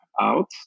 out